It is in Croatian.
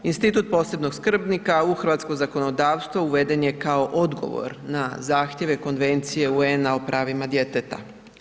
Institut posebnog skrbnika u hrvatsko zakonodavstvo uveden je kao odgovor na zahtjeve Konvencije UN-a o pravima djeteta.